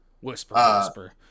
Whisper